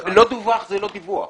לא דווח, זה לא דיווח.